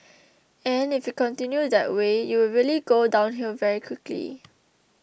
and if you continue that way you will really go downhill very quickly